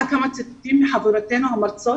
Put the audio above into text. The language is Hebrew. כמה ציטוטים מחברותינו המרצות,